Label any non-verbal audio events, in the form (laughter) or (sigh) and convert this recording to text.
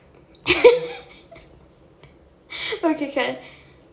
(laughs) okay K K